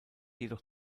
jedoch